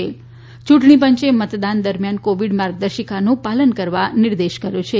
યૂંટણીપંચે મતદાન દરમ્યાન કોવિડ માર્ગદર્શિકાનું પાલન કરવા નિર્દેશ કર્યો છે